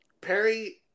Perry